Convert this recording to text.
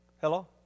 hello